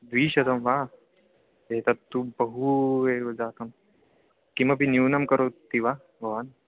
द्विशतं वा एतत्तु बहु एव जातं किमपि न्यूनं करोति वा भवान्